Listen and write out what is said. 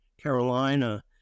Carolina